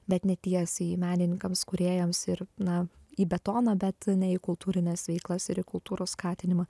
bet ne tiesiai menininkams kūrėjams ir na į betoną bet ne į kultūrines veiklas ir į kultūros skatinimą